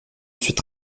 ensuite